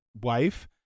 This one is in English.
wife